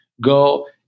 Go